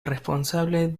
responsable